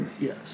Yes